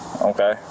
Okay